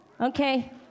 Okay